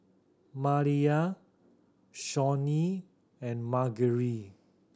Maliyah Shawnee and Margery